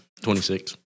26